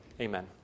Amen